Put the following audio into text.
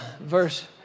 verse